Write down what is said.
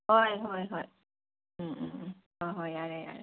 ꯍꯣꯏ ꯍꯣꯏ ꯍꯣꯏ ꯎꯝ ꯎꯝ ꯎꯝ ꯍꯣꯏ ꯍꯣꯏ ꯌꯥꯔꯦ ꯌꯥꯔꯦ